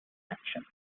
action